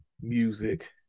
music